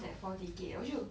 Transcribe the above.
that four ticket then 我就